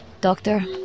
Doctor